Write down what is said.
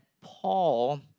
Paul